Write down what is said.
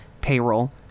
payroll